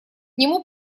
нему